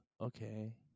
Okay